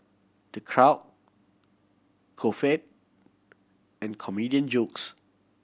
the crowd guffaw and comedian jokes